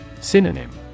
Synonym